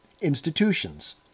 institutions